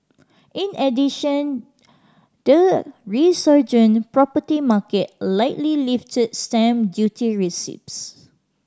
in addition the resurgent property market likely lifted stamp duty receipts